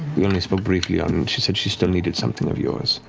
we only spoke briefly, and she said she still needed something of yours.